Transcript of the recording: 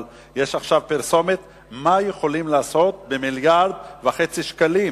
אבל יש עכשיו פרסומת מה יכולים לעשות במיליארד וחצי שקלים,